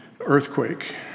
earthquake